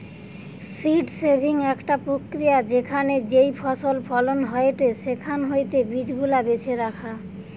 seed saving একটা প্রক্রিয়া যেখানে যেই ফসল ফলন হয়েটে সেখান হইতে বীজ গুলা বেছে রাখা